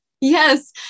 Yes